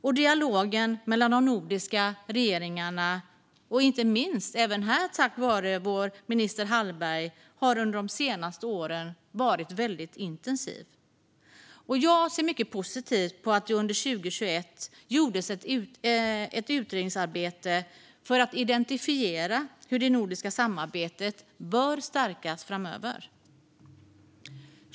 Och dialogen mellan de nordiska regeringarna, även här inte minst tack vare vår minister Hallberg, har under de senaste åren varit intensiv. Jag ser mycket positivt på att det under 2021 gjordes ett utredningsarbete för att identifiera hur det nordiska samarbetet bör stärkas framöver.